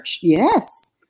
yes